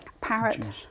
Parrot